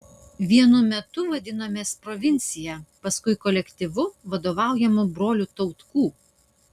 vienu metu vadinomės provincija paskui kolektyvu vadovaujamu brolių tautkų